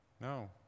No